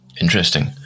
Interesting